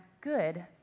good